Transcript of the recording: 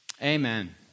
Amen